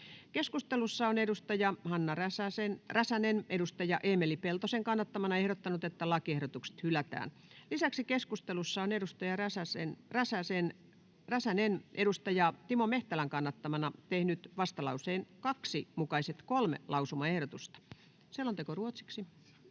Keskustelussa edustaja Hanna Räsänen on edustaja Eemeli Peltosen kannattamana ehdottanut, että lakiehdotukset hylätään. Lisäksi keskustelussa edustaja Hanna Räsänen on edustaja Timo Mehtälän kannattamana tehnyt vastalauseen 2 mukaiset kolme lausumaehdotusta. — Selonteko ruotsiksi.